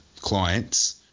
clients